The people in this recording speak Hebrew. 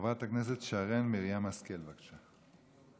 חברת הכנסת שרן מרים השכל, בבקשה.